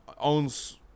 owns